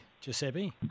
Giuseppe